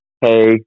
hey